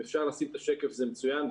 אם אפשר לשים את השקף זה מצוין.